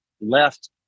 left